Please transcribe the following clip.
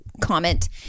comment